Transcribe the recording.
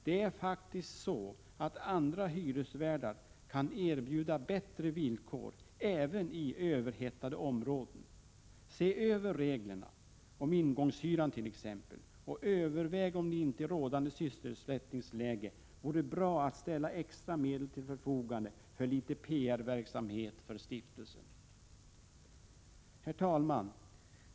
Det är faktiskt så att andra hyresvärdar kan erbjuda bättre villkor, även i överhettade områden. Se över reglerna, om ingångshyran t.ex., och överväg om det inte i rådande sysselsättningsläge vore bra att ställa extra medel till förfogande för litet PR-verksamhet för stiftelsen. Herr talman!